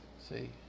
see